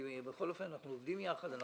בכל אופן אנחנו עובדים יחד,